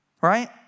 Right